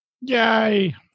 Yay